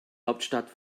hauptstadt